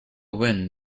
wind